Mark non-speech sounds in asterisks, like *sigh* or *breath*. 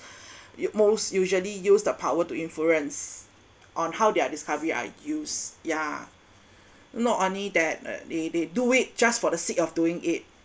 *breath* u~ most usually use the power to influence on how their discovery are used yeah not only that uh they they do it just for the sake of doing it